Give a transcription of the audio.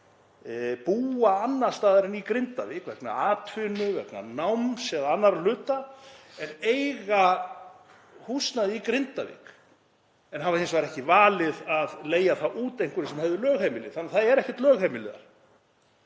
býr annars staðar en í Grindavík, vegna atvinnu, vegna náms eða annarra hluta, en á húsnæði í Grindavík en hefur hins vegar ekki valið að leigja það út einhverjum sem hefur lögheimili þar þannig að það er ekkert lögheimili þar.